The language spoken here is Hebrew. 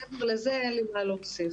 מעבר לזה, אין לי מה להוסיף.